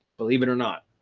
believe it or not,